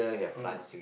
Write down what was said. oh